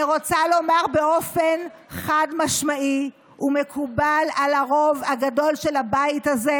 אני רוצה לומר באופן חד-משמעי ומקובל על הרוב הגדול של הבית הזה,